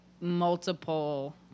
multiple